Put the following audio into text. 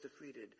defeated